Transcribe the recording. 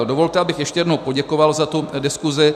Dovolte, abych ještě jednou poděkoval za tu diskuzi.